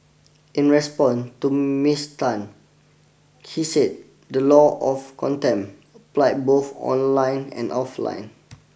in respond to Miss Tan he said the law of contempt apply both online and offline